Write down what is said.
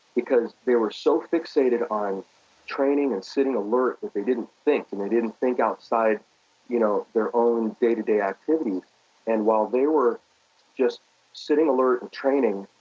because they were so fixated on training and sitting alert that they didn't think and they didn't think outside you know their own day to day activities and while they were just sitting alert and training,